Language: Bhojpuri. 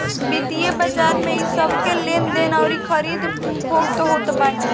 वित्तीय बाजार में इ सबके लेनदेन अउरी खरीद फोक्त होत बाटे